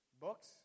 Books